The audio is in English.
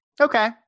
Okay